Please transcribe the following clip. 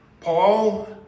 Paul